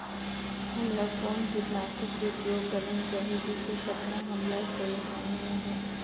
हमला कौन किटनाशक के उपयोग करन चाही जिसे कतना हमला कोई हानि न हो?